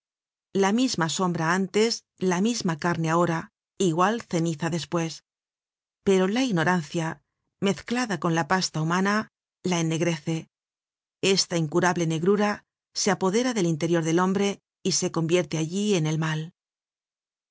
la misma sombra antes la misma carne ahora igual ceniza despues pero la ignorancia mezclada con la pasta humana la ennegrece esta incurable negrura se apodera del interior del hombre y se convierte allí en el mal